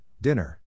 dinner